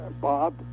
Bob